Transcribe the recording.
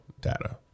data